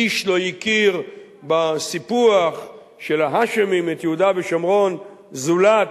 איש לא הכיר בסיפוח של ההאשמים את יהודה ושומרון זולת